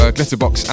Glitterbox